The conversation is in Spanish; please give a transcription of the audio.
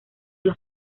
los